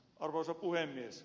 arvoisa puhemies